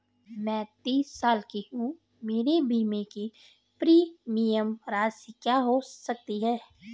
मैं तीस साल की हूँ मेरे बीमे की प्रीमियम राशि क्या हो सकती है?